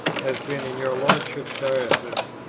has been in your lordship's diocese,